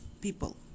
people